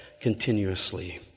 continuously